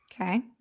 Okay